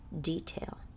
detail